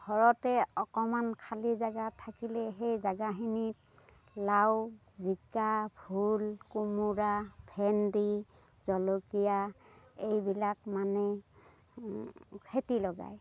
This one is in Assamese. ঘৰতে অকণমান খালী জাগা থাকিলে সেই জাগাখিনিত লাও জিকা ভোল কোমোৰা ভেন্দি জলকীয়া এইবিলাক মানে খেতি লগায়